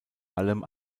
allem